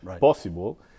possible